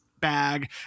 bag